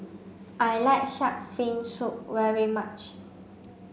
I like shark fin soup very much